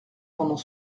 pendant